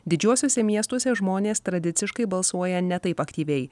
didžiuosiuose miestuose žmonės tradiciškai balsuoja ne taip aktyviai